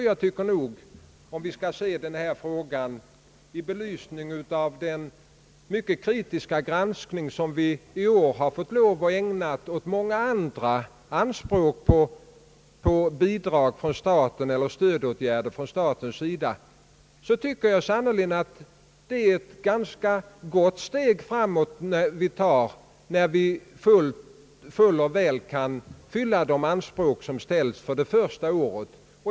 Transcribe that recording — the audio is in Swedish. Jag tycker att vi skall se denna fråga i belysning av den mycket kritiska granskning som vi i år har fått lov att ägna åt många andra anspråk på bidrag från staten eller stödåtgärder från statens sida. Då har vi sannerligen tagit ett stort steg framåt när vi helt och fullt kunnat uppfylla de anspråk som ställs för det första året.